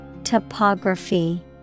Topography